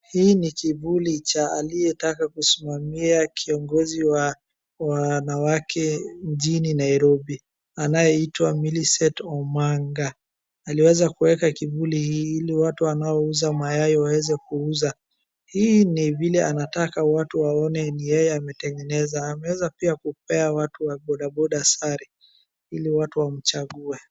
Hii ni kivuli cha aliyetaka kusimamia kiongozi wa wanawake jijini Nairobi, anayeitwa Millicent Omanga. Aliweza kuweka kivuli hii ili watu wanaouza mayai waweze kuuza. Hii ni vile anataka watu waone ni yeye ametengeneza. Ameweza pi kupea watu wa bodaboda sare ili watu wamchague.